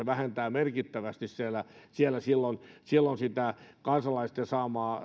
se vähentää merkittävästi silloin silloin sitä kansalaisten saamaa